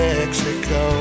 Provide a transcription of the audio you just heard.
Mexico